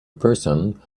person